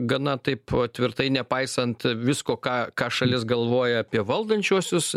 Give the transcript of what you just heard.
gana taip pat tvirtai nepaisant visko ką ką šalis galvoja apie valdančiuosius